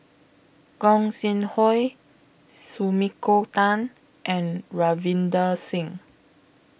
Gog Sing Hooi Sumiko Tan and Ravinder Singh